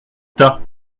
tas